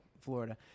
Florida